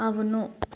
అవును